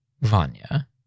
Vanya